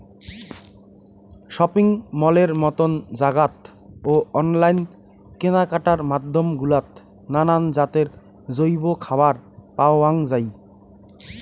shopping মলের মতন জাগাত ও অনলাইন কেনাকাটার মাধ্যম গুলাত নানান জাতের জৈব খাবার পাওয়াং যাই